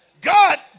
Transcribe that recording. God